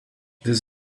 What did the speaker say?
this